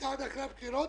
שהייתה עד אחרי הבחירות,